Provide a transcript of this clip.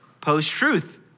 post-truth